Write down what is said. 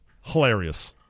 Hilarious